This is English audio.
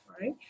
Right